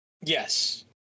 Yes